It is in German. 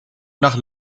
nach